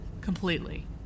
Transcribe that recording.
Completely